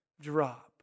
drop